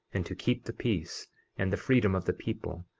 and to keep the peace and the freedom of the people,